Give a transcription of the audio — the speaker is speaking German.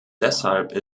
deshalb